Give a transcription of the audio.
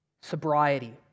Sobriety